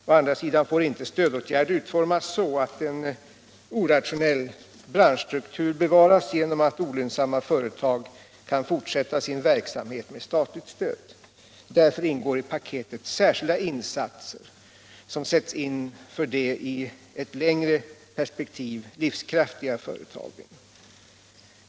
Å andra sidan får inte stödåtgärder utformas så att en orationell branschstruktur bevaras genom att olönsamma företag kan fortsätta sin verksamhet med statligt stöd. Därför ingår i paketet särskilda åtgärder som sätts in för de i ett längre perspektiv livskraftiga företagen.